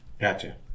Gotcha